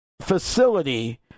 facility